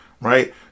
right